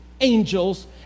angels